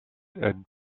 and